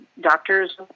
doctors